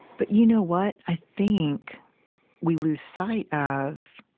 but you know what? i think we lose sight of